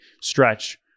stretch